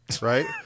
right